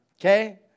Okay